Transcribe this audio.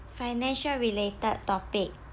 financial related topic